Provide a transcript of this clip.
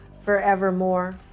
forevermore